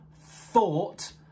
thought